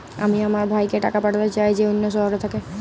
আমি আমার ভাইকে টাকা পাঠাতে চাই যে অন্য শহরে থাকে